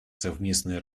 совместная